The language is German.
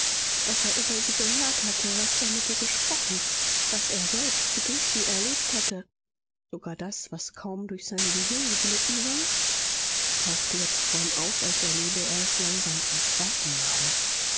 was er über sie gehört hatte was er mit ihr gesprochen was er selbst durch sie erlebt hatte sogar das was kaum durch sein hirn geglitten war tauchte jetzt vor ihm auf als erlebe er es langsam zum zweiten male